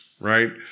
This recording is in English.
right